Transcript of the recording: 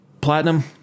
platinum